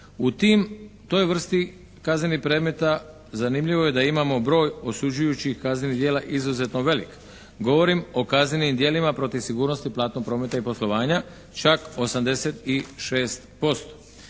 U toj vrsti kaznenih predmeta zanimljivo je da imamo broj osuđujućih kaznenih djela izuzetno velik. Govorim o kaznenim djelima protiv sigurnosti platnog prometa i poslovanja čak 86%.